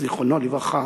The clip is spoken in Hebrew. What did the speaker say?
זיכרונו לברכה,